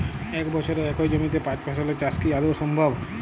এক বছরে একই জমিতে পাঁচ ফসলের চাষ কি আদৌ সম্ভব?